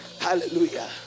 Hallelujah